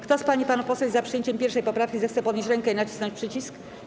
Kto z pań i panów posłów jest za przyjęciem 1. poprawki, zechce podnieść rękę i nacisnąć przycisk.